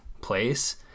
place